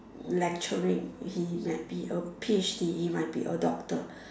lecturing he might be a P H D he might be a doctor